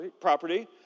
property